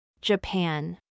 Japan